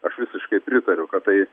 aš visiškai pritariu kad tai